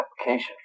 application